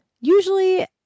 usually